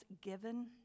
given